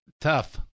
tough